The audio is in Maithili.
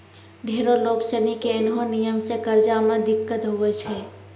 ढेरो लोग सनी के ऐन्हो नियम से कर्जा मे दिक्कत हुवै छै